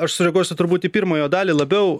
aš sureaguosiu turbūt į pirmą jo dalį labiau